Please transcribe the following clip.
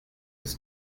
was